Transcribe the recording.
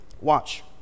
Watch